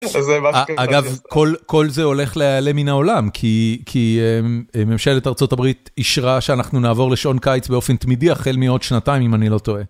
אגב כל זה הולך להיעלם מן העולם כי... כי ממשלת ארה״ב אישרה שאנחנו נעבור לשעון קיץ באופן תמידי החל מעוד שנתיים אם אני לא טועה.